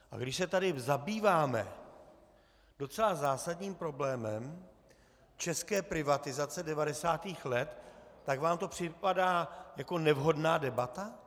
A když se zabýváme docela zásadním problémem české privatizace 90. let, tak vám to připadá jako nevhodná debata?